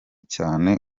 cyane